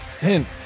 Hint